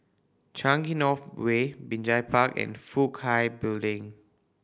Changi North Way Binjai Park and Fook Kai Building